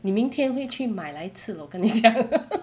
你明天会去买来吃我跟你讲